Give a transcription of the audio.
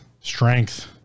Strength